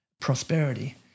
prosperity